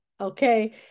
Okay